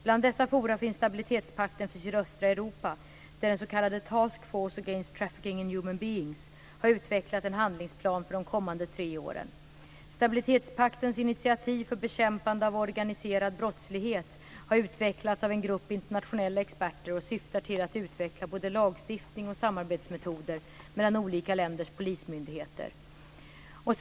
Bland dessa forum finns Stabilitetspakten för sydöstra Europa, där den s.k. Task Force against Trafficking in Human Beings har utvecklat en handlingsplan för de kommande tre åren. Stabilitetspaktens initiativ för bekämpande av organiserad brottslighet har utvecklats av en grupp internationella experter och syftar till att utveckla både lagstiftning och metoder för samarbete mellan olika länders polismyndigheter.